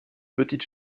petites